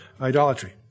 idolatry